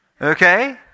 Okay